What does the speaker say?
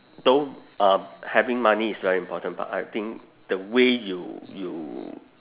though um having money is very important but I think the way you you